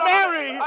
Mary